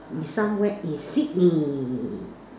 is somewhere in Sydney